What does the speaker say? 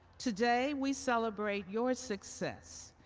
today we celebrate your success.